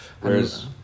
Whereas